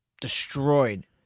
destroyed